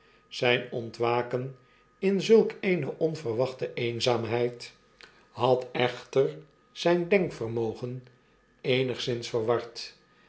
zijn ontwaken in zulk r eene onverwachte eenzaamheid had echter zgn denkvermogen eenigszins verward